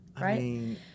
Right